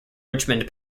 richmond